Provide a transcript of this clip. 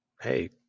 hey